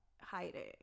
hiding